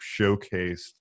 showcased